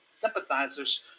sympathizers